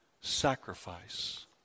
sacrifice